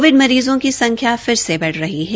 Covid मरीजों की संख्या फिर से बढ़ रही है